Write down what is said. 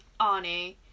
Arnie